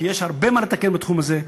כי יש הרבה מה לתקן בתחום הזה.